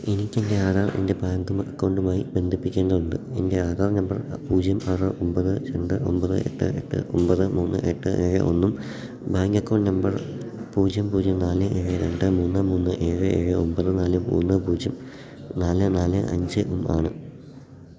എനിക്കെൻ്റെ ആധാർ എൻ്റെ ബാങ്ക് അക്കൌണ്ടുമായി ബന്ധിപ്പിക്കേണ്ടതുണ്ട് എൻ്റെ ആധാർ നമ്പർ പൂജ്യം ആറ് ഒമ്പത് രണ്ട് ഒമ്പത് എട്ട് എട്ട് ഒമ്പത് മൂന്ന് എട്ട് ഏഴ് ഒന്നും ബാങ്ക് അക്കൗണ്ട് നമ്പർ പൂജ്യം പൂജ്യം നാല് ഏഴ് രണ്ട് മൂന്ന് മൂന്ന് ഏഴ് ഏഴ് ഒമ്പത് നാല് മൂന്ന് പൂജ്യം നാല് നാല് അഞ്ചുമാണ്